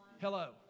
Hello